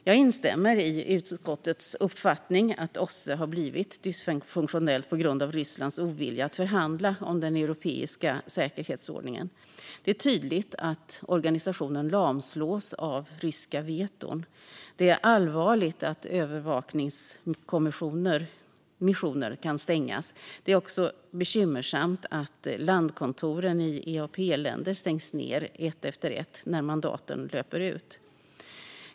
Jag instämmer i utskottets uppfattning att OSSE har blivit dysfunktionellt på grund av Rysslands ovilja att förhandla om den europeiska säkerhetsordningen. Det är tydligt att organisationen lamslås av ryska veton. Det är allvarligt att övervakningsmissioner kan stängas. Det är också bekymmersamt att landskontoren i EAP-länder stängs ned ett efter ett när mandaten löper ut.